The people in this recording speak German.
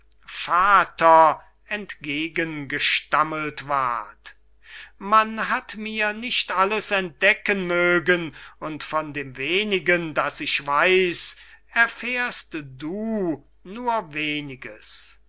vater entgegengestammelt ward man hat mir nicht alles entdecken mögen und von dem wenigen das ich weiß erfährst du nur weniges